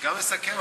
גם אסכם,